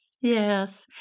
Yes